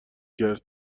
کرد